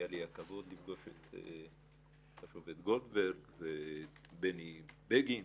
היה לי הכבוד לפגוש את השופט גולדברג ובני בגין,